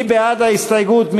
מי בעד ההסתייגות?